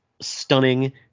stunning